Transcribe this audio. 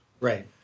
Right